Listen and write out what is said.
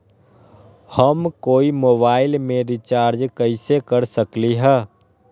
हम कोई मोबाईल में रिचार्ज कईसे कर सकली ह?